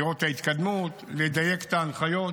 לראות את ההתקדמות, לדייק את ההנחיות,